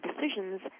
decisions –